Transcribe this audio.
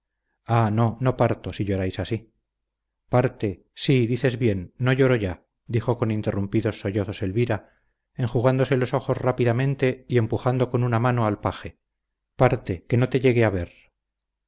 ah no no parto si lloráis así parte sí dices bien no lloro ya dijo con interrumpidos sollozos elvira enjugándose los ojos rápidamente y empujando con una mano al paje parte que no te llegue a ver